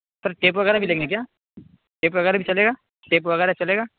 سر tape وغیرہ بھی لیں گے کیا ٹیپ وغیرہ بھی چلے گا ٹیپ وغیرہ چلے گا